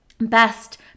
best